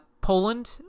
Poland